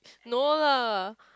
no lah